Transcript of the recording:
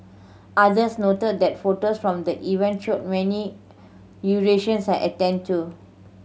others noted that photos from the event showed many had attended to